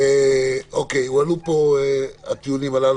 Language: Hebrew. הועלו פה הטיעונים הללו.